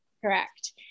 Correct